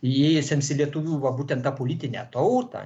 įėjusiems į lietuvių va būtent tą politinę tautą